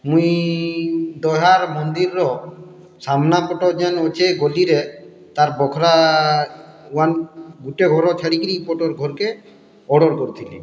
ମୁଇଁ ଦହ୍ୟାର୍ ମନ୍ଦିର୍ ର ସାମ୍ନା ପଟ ଜେନ୍ ଅଛି ଗୋଦି ରେ ତାର୍ ବଖରା ୱାନ୍ ଗୁଟେ ଘର ଛାଡ଼ିକିରି ଏପଟର ଘର୍ କେ ଅର୍ଡ଼ର୍ କରିଥିଲି